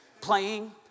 playing